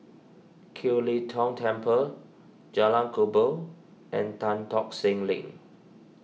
Kiew Lee Tong Temple Jalan Kubor and Tan Tock Seng Link